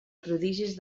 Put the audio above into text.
prodigis